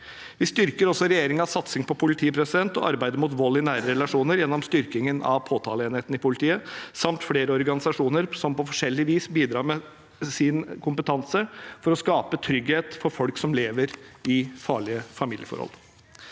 Vi styrker også regjeringens satsing på politi og arbeidet mot vold i nære relasjoner gjennom en styrking av påta leenheten i politiet samt flere organisasjoner som på forskjellig vis bidrar med sin kompetanse til å skape trygghet i hverdagen for folk som lever i farlige familieforhold.